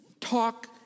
talk